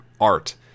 art